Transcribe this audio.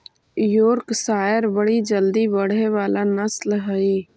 Yorkshire बड़ी जल्दी बढ़े वाला नस्ल हई